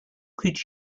could